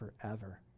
forever